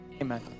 amen